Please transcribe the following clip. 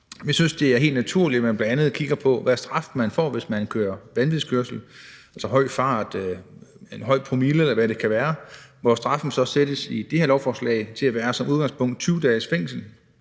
Vi synes, det er helt naturligt, at vi bl.a. kigger på, hvilken straf man får, hvis man kører vanvidskørsel, altså kører i høj fart eller med en høj promille, eller hvad det kan være. Straffen for det sættes i det her lovforslag til som udgangspunkt at være 20 dages fængsel